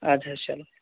اَدٕ حظ چلو